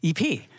EP